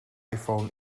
iphone